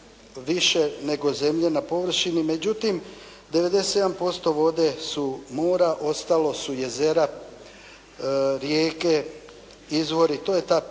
više nego zemlje na površini. Međutim 97% vode su mora, ostalo su jezera, rijeke, izvori. To je ta pitka